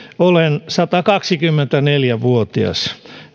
olen satakaksikymmentäneljä vuotias